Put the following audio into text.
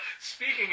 Speaking